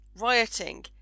rioting